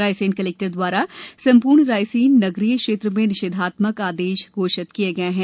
Raisen collector द्वारा सम्पूर्ण रायसेन नगरीय क्षेत्र में निषेधात्मक आदेश घोषित किया है